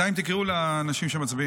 לפיד, אמר: